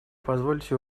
позвольте